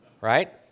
Right